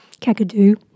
Kakadu